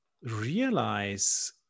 realize